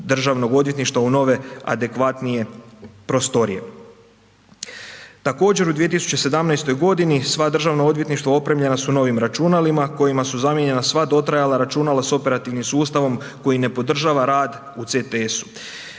državnog odvjetništva u nove adekvatnije prostorije. Također u 2017. godini sva državna odvjetništva opremljena su novim računalima kojima su zamijenjena sva dotrajala računa s operativnim sustavom koji ne podržava rad u CTS-u.